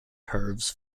curves